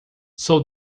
sou